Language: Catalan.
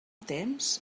temps